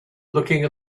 looking